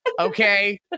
Okay